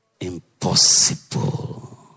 Impossible